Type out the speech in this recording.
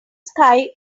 sky